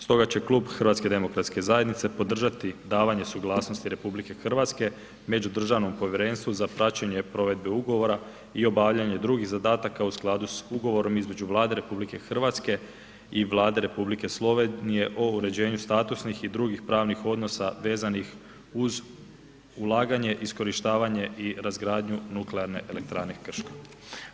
Stoga će kub HDZ-a podržavati davanje suglasnosti RH međudržavnom povjerenstvu za praćenje provedbe ugovora i obavljanja drugih zadataka u skladu s ugovorom između Vlade RH i Vlade Republike Slovenije o uređenju statusnih i drugih pravnih odnosa vezanih uz ulaganje, iskorištavanje i razgradnje Nuklearne elektrane Krško.